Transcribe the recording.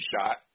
shot